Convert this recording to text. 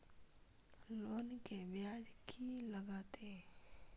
Loan के ब्याज की लागते?